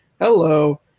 Hello